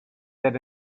than